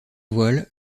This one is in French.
voile